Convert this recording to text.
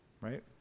Right